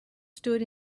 stood